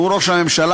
שהוא ראש הממשלה,